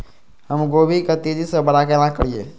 हम गोभी के तेजी से बड़ा केना करिए?